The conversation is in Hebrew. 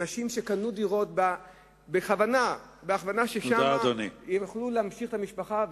אנשים קנו דירות בכוונה ששם הם יוכלו להמשיך את המשפחה,